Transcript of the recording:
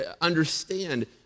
understand